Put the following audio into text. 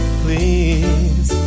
please